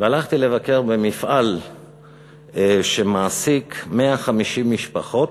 והלכתי לבקר במפעל שמעסיק 150 משפחות,